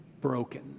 broken